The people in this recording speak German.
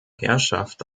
herrschaft